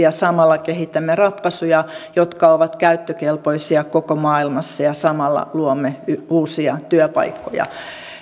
ja samalla kehitämme ratkaisuja jotka ovat käyttökelpoisia koko maailmassa ja samalla luomme uusia työpaikkoja